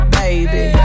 baby